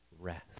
rest